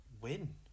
win